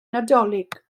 nadolig